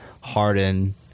Harden